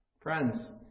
friends